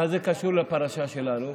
מה זה קשור לפרשה שלנו?